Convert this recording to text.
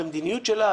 במדיניות שלה,